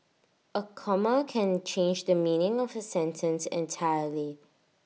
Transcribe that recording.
A comma can change the meaning of A sentence entirely